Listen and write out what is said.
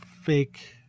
fake